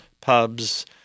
pubs